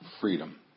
freedom